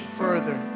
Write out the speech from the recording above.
further